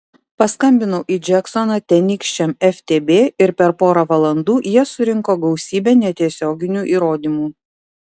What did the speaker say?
paskambinau į džeksoną tenykščiam ftb ir per porą valandų jie surinko gausybę netiesioginių įrodymų